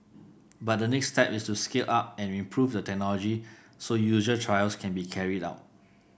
but the next step is to scale up and improve the technology so user trials can be carried out